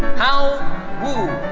hao wu.